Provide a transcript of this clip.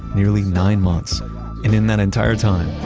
nearly nine months and in that entire time,